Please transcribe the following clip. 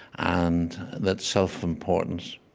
and that self-importance